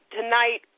tonight